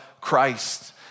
Christ